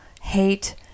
Hate